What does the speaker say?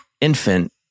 infant